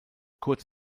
kurz